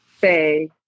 say